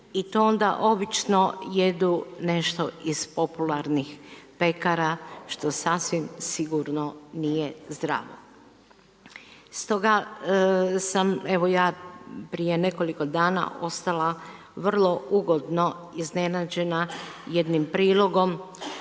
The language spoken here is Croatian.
i to onda obično jedu nešto popularno iz pekara što sasvim sigurno nije zdravo. Stoga sam evo ja prije nekoliko dana ostala vrlo ugodno iznenađena jednim prilogom